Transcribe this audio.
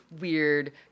weird